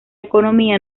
economía